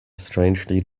strangely